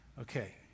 okay